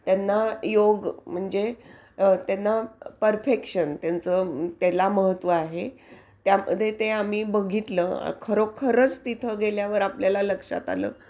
त्यांना योग म्हणजे त्यांना परफेक्शन त्यांचं त्याला महत्त्व आहे त्यामध्ये ते आम्ही बघितलं खरोखरच तिथं गेल्यावर आपल्याला लक्षात आलं